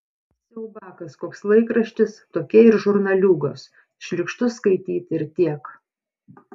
siaubiakas koks laikraštis tokie ir žurnaliūgos šlykštu skaityt ir tiek